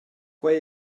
quei